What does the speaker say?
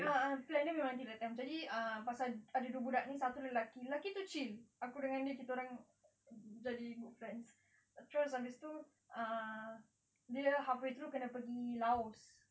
a'ah plan dia memang until that time jadi ah pasal ada dua budak ni satu lelaki lelaki tu chill aku dengan dia kita orang jadi good friends terus habis tu ah dia halfway through kena pergi laos